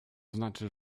znaczy